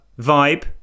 vibe